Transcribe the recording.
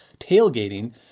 tailgating